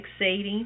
fixating